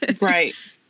Right